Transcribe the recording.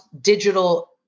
digital